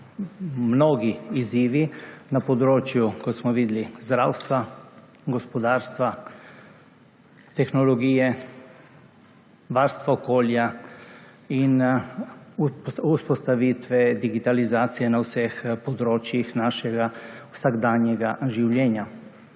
mnogi izzivi na področju, kot smo videli, zdravstva, gospodarstva, tehnologije, varstva okolja in vzpostavitve digitalizacije na vseh področjih našega vsakdanjega življenja.